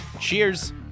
Cheers